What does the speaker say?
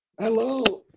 Hello